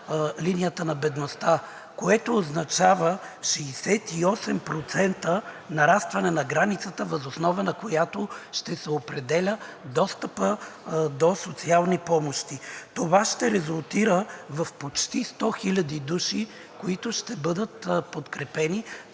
линията на бедността, което означава 68% нарастване на границата, въз основа на която ще се определя достъпът до социални помощи. Това ще резултира в почти 100 хил. души, които ще бъдат подкрепени